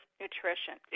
nutrition